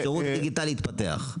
השירות הדיגיטלי התפתח.